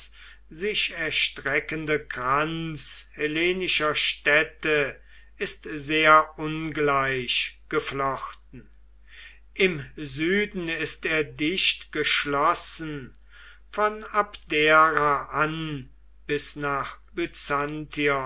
sich erstreckende kranz hellenischer städte ist sehr ungleich geflochten im süden ist er dicht geschlossen von abdera an bis nach